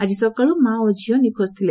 ଆଜି ସକାଳୁ ମା' ଓ ଝିଅ ନିଖୋଜ ଥିଲେ